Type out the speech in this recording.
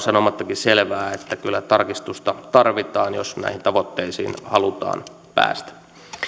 sanomattakin selvää että kyllä tarkistusta tarvitaan jos näihin tavoitteisiin halutaan päästä